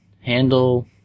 handle